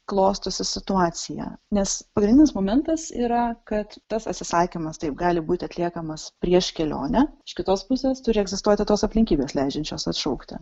klostosi situacija nes pagrindinis momentas yra kad tas atsisakymas taip gali būti atliekamas prieš kelionę iš kitos pusės turi egzistuoti tos aplinkybės leidžiančios atšaukti